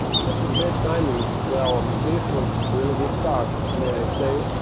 such a bad timing. well. this was really good start may i say.